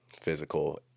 physical